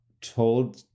told